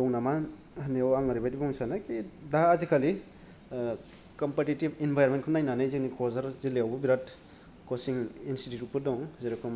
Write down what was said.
दं नामा नैबाव आं ओरेबायदि बुंनो सानोखि दा आजिखालि कम्पेटिटिप इनभारमेन्टखौ नायनानै जोंनि क'क्राझार जिल्लायावबो बिराद कसिं इनस्टिटिउटफोर दं जेर'खम